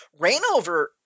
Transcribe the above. Rainover